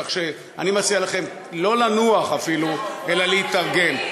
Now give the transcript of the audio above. כך שאני מציע לכם לא לנוח אפילו, אלא להתארגן.